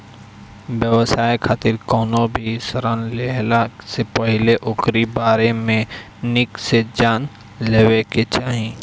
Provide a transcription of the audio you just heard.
व्यवसाय खातिर कवनो भी ऋण लेहला से पहिले ओकरी बारे में निक से जान लेवे के चाही